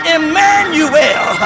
Emmanuel